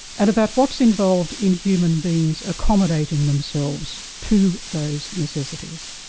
and about what's involved in human beings accommodating themselves to those necessities.